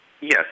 Yes